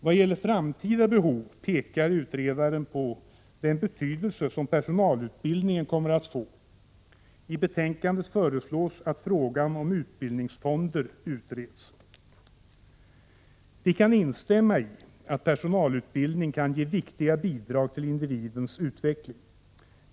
Vad gäller framtida behov pekar utredaren på den betydelse som personalutbildningen kommer att få. I betänkandet föreslås att frågan om utbildningsfonder utreds. Vi kan instämma i att personalutbildning kan ge viktiga bidrag till individens utveckling.